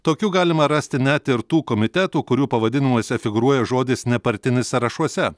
tokių galima rasti net ir tų komitetų kurių pavadinimuose figūruoja žodis nepartinis sąrašuose